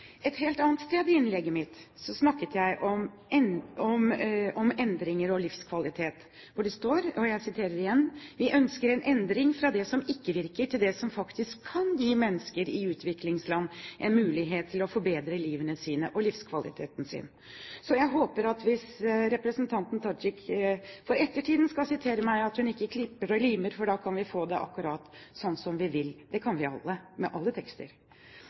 Et helt annet sted i innlegget mitt snakket jeg om endringer og livskvalitet: «Vi ønsker en endring fra det som ikke virker, til det som faktisk kan gi mennesker i utviklingsland en mulighet til å forbedre livene sine og forbedre livskvaliteten sin.» Jeg håper, hvis representanten Tajik for ettertiden skal sitere meg, at hun ikke klipper og limer, for da kan vi få det akkurat sånn som vi vil. Det kan vi alle, med alle tekster.